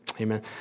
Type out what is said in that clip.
Amen